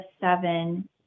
seven